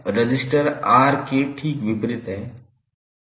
तो यह register R के ठीक विपरीत है